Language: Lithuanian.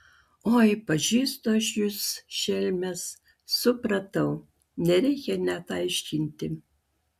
oi pažįstu aš jus šelmes supratau nereikia net aiškinti